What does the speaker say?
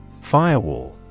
Firewall